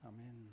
amen